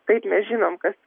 taip mes žinom